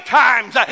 times